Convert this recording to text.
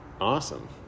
Awesome